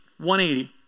180